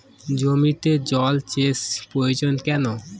জমিতে জল সেচ প্রয়োজন কেন?